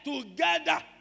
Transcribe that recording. together